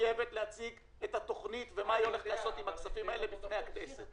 מחויבת להציג את התוכנית ומה היא הולכת לעשות עם הכספים לפני הכנסת.